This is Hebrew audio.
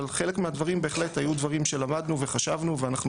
אבל חלק מהדברים בהחלט היו דברים שלמדנו וחשבנו ואנחנו